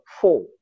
four